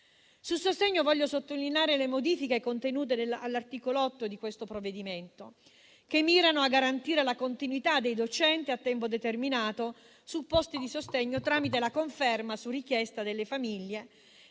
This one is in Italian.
Sul sostegno, voglio sottolineare le modifiche contenute all'articolo 8 di questo provvedimento, che mirano a garantire la continuità dei docenti a tempo determinato su posti di sostegno tramite la conferma, su richiesta delle famiglie.